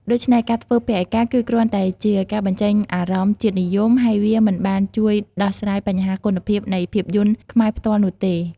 ដូច្នេះ ការធ្វើពហិការគឺគ្រាន់តែជា ការបញ្ចេញអារម្មណ៍ជាតិនិយម ហើយវាមិនបានជួយដោះស្រាយបញ្ហាគុណភាពនៃភាពយន្តខ្មែរផ្ទាល់នោះទេ។